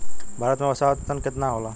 भारत में वर्षा औसतन केतना होला?